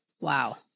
Wow